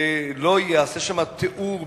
לא ייעשה שם תיאור,